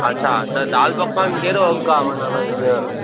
अच्छा त दाल पकवान कहिड़ो अघु आहे मन भाई ईंअ